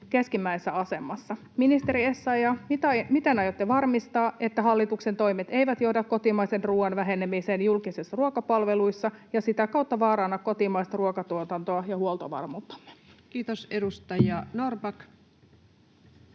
keskeisimmässä asemassa. Ministeri Essayah, miten aiotte varmistaa, että hallituksen toimet eivät johda kotimaisen ruuan vähenemiseen julkisissa ruokapalveluissa ja sitä kautta vaaranna kotimaista ruokatuotantoa ja huoltovarmuuttamme? Kiitos. — Edustaja Norrback.